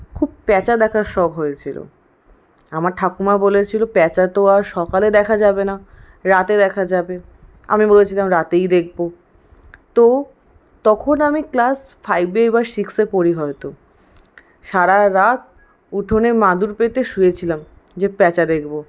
খুব প্যাঁচা দেখার শখ হয়েছিল আমার ঠাকুমা বলেছিল প্যাঁচা তো আর সকালে দেখা যাবে না রাতে দেখা যাবে আমি বলেছিলাম রাতেই দেখবো তো তখন আমি ক্লাস ফাইভে বা সিক্সে পড়ি হয়তো সারা রাত উঠোনে মাদুর পেতে শুয়েছিলাম যে প্যাঁচা দেখব